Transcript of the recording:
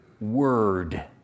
word